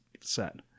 set